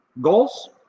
Goals